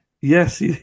Yes